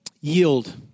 Yield